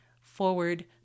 forward